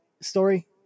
story